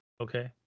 Okay